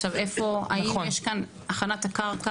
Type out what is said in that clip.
עכשיו איפה, האם יש כאן הכנת הקרקע?